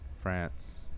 France